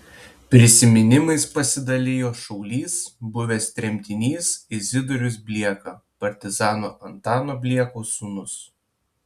prisiminimais pasidalijo šaulys buvęs tremtinys izidorius blieka partizano antano bliekos sūnus